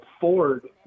Ford